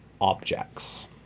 objects